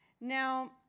Now